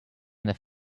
their